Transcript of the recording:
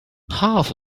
half